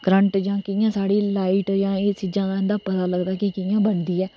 कियां साढ़ा करंट जां कियां साढ़ी लाइट जां एह् चीजां दा पता लगदा कि कियां बनदी ऐ